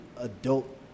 adult